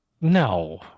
No